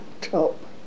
top